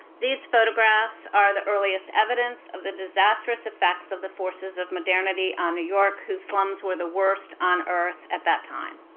these photographs are the earliest evidence of the disastrous effects of the forces of modernity on new york, whose slums were the worst on earth at that time.